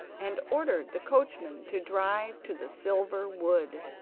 and ordered the coachman to drive to the silver wood.